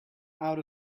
out